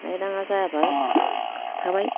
लायनाङा जाबा थाबाय